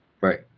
Right